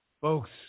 Folks